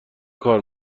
کار